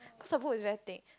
cause the book is very thick